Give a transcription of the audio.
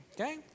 Okay